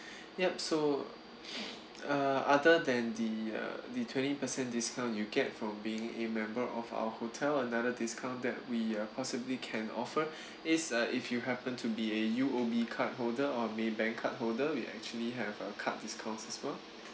yup so uh other than the uh the twenty percent discount you get from being a member of our hotel another discount that we uh possibly can offer is uh if you happen to be a U_O_B cardholder or maybank cardholder we actually have uh card discounts as well